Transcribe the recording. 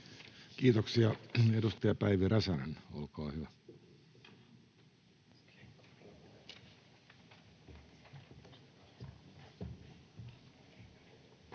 Kiitoksia. — Edustaja Hänninen, olkaa hyvä.